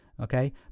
okay